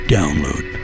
Download